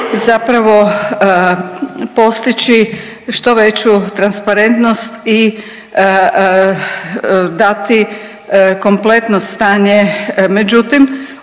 zapravo postići što veću transparentnost i dati kompletno stanje. Međutim,